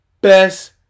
Best